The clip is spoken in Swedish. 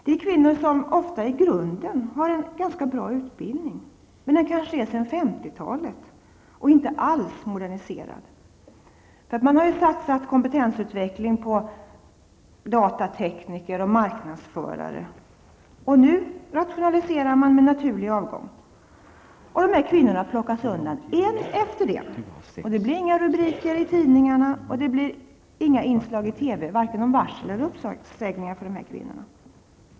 Det är kvinnor som ofta i grunden har en ganska bra utbildning, men den kanske är sedan 50-talet och inte alls moderniserad. När det gäller kompetensutveckling har det satsats på datatekniker och marknadsförare. Nu rationaliseras det genom naturlig avgång, och då plockas dessa kvinnor bort en efter en. Det blir inga rubriker i tidningarna och inga inslag i TV vare sig om varsel eller uppsägningar för dessa kvinnor.